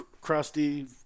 crusty